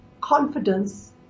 confidence